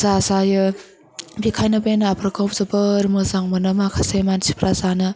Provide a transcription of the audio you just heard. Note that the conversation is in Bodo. जाजायो बेखायनो बे नाफोरखौ जोबोर मोजां मोनो माखासे मानसिफ्रा जानो